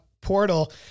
portal